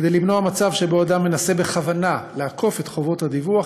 כדי למנוע מצב שבו אדם מנסה בכוונה לעקוף את חובות הדיווח,